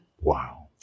Wow